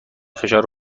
فشار